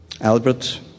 Albert